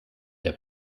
der